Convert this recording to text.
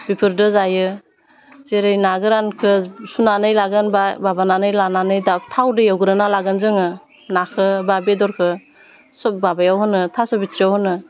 बेफोरजों जायो जेरै ना गोरानखौ सुनानै लागोन बा माबानानै लानानै दा थावदो एवग्रोना लागोन जोङो नाखो बा बेदररखो सब माबायाव होनो थास' बिथ्रियाव होनो